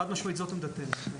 חד-משמעית זאת עמדתנו.